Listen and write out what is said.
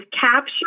capture